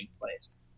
place